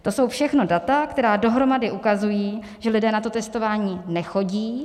To jsou všechno data, která dohromady ukazují, že lidé na testování nechodí.